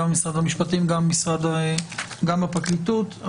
גם משרד המשפטים וגם הפרקליטות.